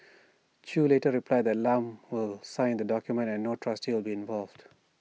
chew later replied that Lam will sign the document and no trustee will involved